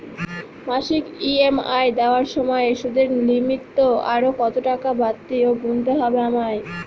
মাসিক ই.এম.আই দেওয়ার সময়ে সুদের নিমিত্ত আরো কতটাকা বাড়তি গুণতে হবে আমায়?